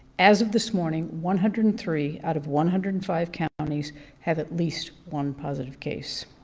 as of this morning one hundred and three out of one hundred and five counties have at least one positive case.